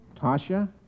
Tasha